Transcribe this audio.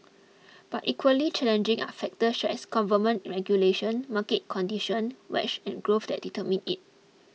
but equally challenging are factors such as government regulations market conditions wage and growth that determine it